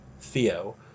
Theo